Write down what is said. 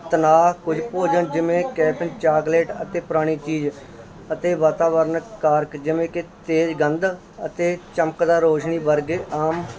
ਤਣਾਅ ਕੁਝ ਭੋਜਨ ਜਿਵੇਂ ਕੈਫੀਨ ਚਾਕਲੇਟ ਅਤੇ ਪੁਰਾਣੀ ਚੀਜ਼ ਅਤੇ ਵਾਤਾਵਰਨ ਕਾਰਕ ਜਿਵੇਂ ਕਿ ਤੇਜ਼ ਗੰਧ ਅਤੇ ਚਮਕਦਾਰ ਰੋਸ਼ਨੀ ਵਰਗੇ ਆਮ